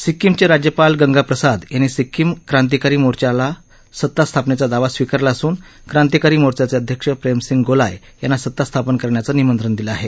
सिक्कीमचे राज्यपाल गंगा प्रसाद यांनी सिक्कीम क्रांतीकारी मोर्चाचा सत्तास्थापनेचा दावा स्विकारला असून क्रांतीकारी मोर्चाचे अध्यक्ष प्रेम सिंग गोलाय यांना सत्ता स्थापन करण्याचं निमंत्रण दिलं आहे